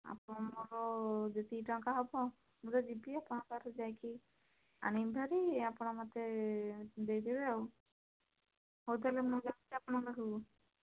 ଆପଣଙ୍କର ଯେତିକି ଟଙ୍କା ହେବ ମୁଁ ତ ଯିବି ଆପଣଙ୍କ ପାଖରୁ ଯାଇକି ଆଣିବି ହେରି ଆପଣ ମୋତେ ଦେଇଦେବେ ଆଉ ହଉ ତା'ହେଲେ ମୁଁ ଯାଉଛି ଆପଣଙ୍କ ପାଖକୁ